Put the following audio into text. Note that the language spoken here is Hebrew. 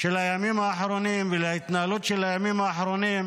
של הימים האחרונים ולהתנהלות בימים האחרונים